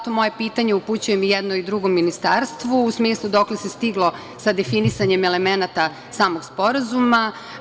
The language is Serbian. Moje pitanje upućujem i jednom i drugom ministarstvu, a u smislu – dokle se stiglo sa definisanjem elemenata samog Sporazuma?